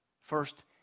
First